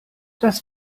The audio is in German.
das